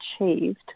achieved